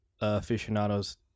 aficionados